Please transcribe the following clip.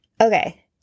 Okay